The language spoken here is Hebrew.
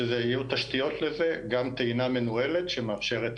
ייעוד תשתיות לזה, גם טעינה מנוהלת שמאפשרת